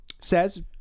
says